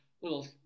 little